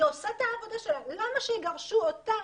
היא עושה את העבודה שלה ולמה שיגרשו אותה